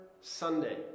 Sunday